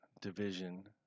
Division